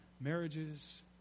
marriages